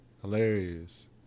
Hilarious